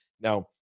Now